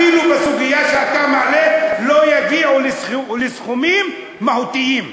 אפילו בסוגיה שאתה מעלה לא יגיעו לסכומים מהותיים.